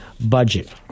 budget